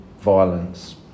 violence